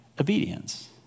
obedience